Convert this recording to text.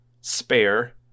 Spare